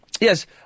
Yes